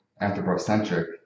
anthropocentric